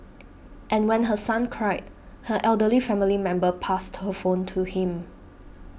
and when her son cried her elderly family member passed her phone to him